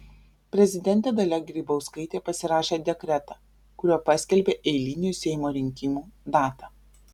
prezidentė dalia grybauskaitė pasirašė dekretą kuriuo paskelbė eilinių seimo rinkimų datą